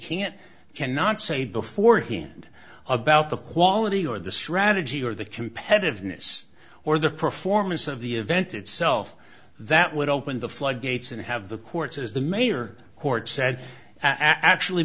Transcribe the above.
can't cannot say beforehand about the quality or the strategy or the competitiveness or the performance of the event itself that would open the floodgates and have the courts as the mayor court said actually